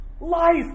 life